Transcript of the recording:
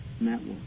network